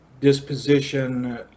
disposition